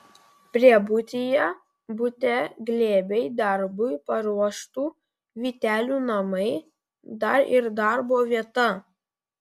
priebutyje bute glėbiai darbui paruoštų vytelių namai dar ir darbo vieta